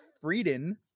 Frieden